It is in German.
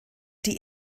die